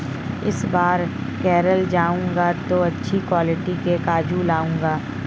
इस बार केरल जाऊंगा तो अच्छी क्वालिटी के काजू लाऊंगा